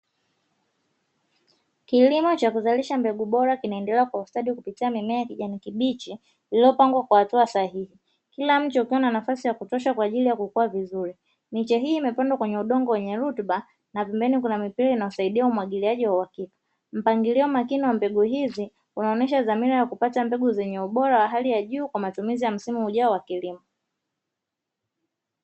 Kilimo cha kuzalisha mbegu bora kinaendelea kwa ustadi kupitia mimea ya kijani kibichi iliyopangwa kwa hatua sahihi kila mche ukiwa na nafasi ya kutosha kwa ajili ya kukua vizuri, miche hii imepandwa kwenye udongo wenye rutuba na pembeni kuna mipira inayosaidia umwagiliaji wa uhakika, mpangilio makini wa mbegu hizi unaonesha dhamira ya kupata mbegu zenye ubora wa hali ya juu kwa matumizi ya msimu ujao wa kilimo.